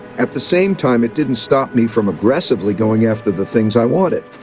at the same time, it didn't stop me from aggressively going after the things i wanted.